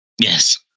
Yes